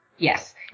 Yes